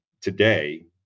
today